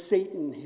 Satan